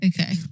Okay